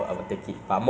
I think